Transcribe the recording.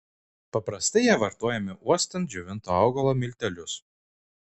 paprastai jie vartojami uostant džiovinto augalo miltelius